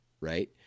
right